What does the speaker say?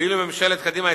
ואילו היתה היום ממשלת קדימה,